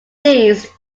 least